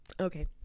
Okay